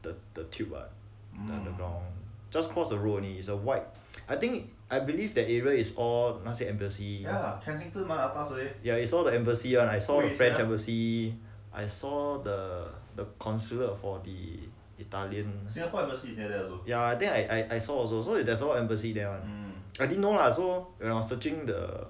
the the tube one underground just cross the road only is a white I think I believe that area is all 那些 embassy ya is all the embassy one right all embassy I saw the the consular for the italian ya I think I I saw also so there's all embassy there one I didn't know lah so when I searching the